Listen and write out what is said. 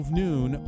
noon